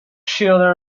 children